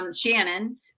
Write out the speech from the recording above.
Shannon